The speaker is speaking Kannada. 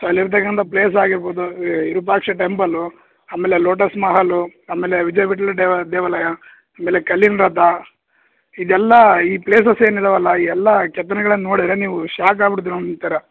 ಸೊ ಅಲ್ಲಿರ್ತಕ್ಕಂಥ ಪ್ಲೇಸ್ ಆಗಿರ್ಬೋದು ವಿರೂಪಾಕ್ಷ ಟೆಂಪಲ್ಲು ಆಮೇಲೆ ಲೋಟಸ್ ಮಹಲು ಆಮೇಲೆ ವಿಜಯ ವಿಟ್ಲ ಡೇ ದೇವಾಲಯ ಆಮೇಲೆ ಕಲ್ಲಿನ ರಥ ಇದೆಲ್ಲ ಈ ಪ್ಲೇಸಸ್ ಏನಿದವಲ್ಲ ಈ ಎಲ್ಲ ಕೆತ್ತನೆಗಳನ್ನ ನೋಡಿದರೆ ನೀವು ಶಾಕ್ ಆಗಿ ಬಿಡ್ತೀರ ಒಂಥರ